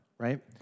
Right